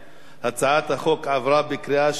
הצעת החוק עברה בקריאה שלישית,